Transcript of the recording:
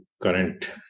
current